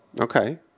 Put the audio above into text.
okay